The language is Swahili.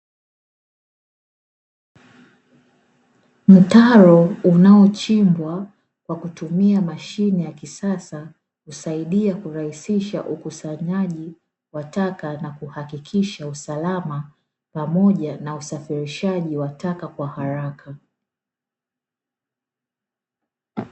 Mtaro unaochimbwa kwa kutumia mashine ya kisasa, kusaidia kurahisisha ukusanyaji wa taka na kuhakikisha usalama pamoja na usafirishaji wa taka kwa haraka.